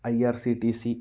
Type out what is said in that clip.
I R C T C